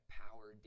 power